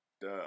Duh